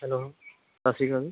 hello ਸਤਿ ਸ਼੍ਰੀ ਅਕਾਲ ਜੀ